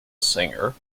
singer